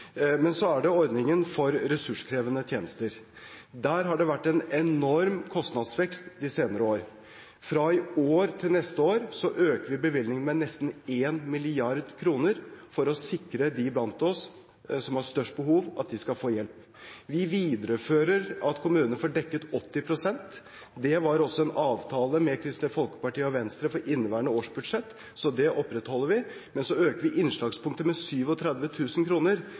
Men så er det ordningen for ressurskrevende tjenester. Der har det vært en enorm kostnadsvekst de senere år. Fra i år til neste år øker vi bevilgningene med nesten 1 mrd. kr for å sikre at de blant oss som har størst behov, skal få hjelp. Vi viderefører at kommunene får dekket 80 pst. Det var også en avtale med Kristelig Folkeparti og Venstre for inneværende års budsjett, så det opprettholder vi, men så øker vi innslagspunktet med